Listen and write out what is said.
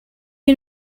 and